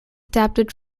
adapted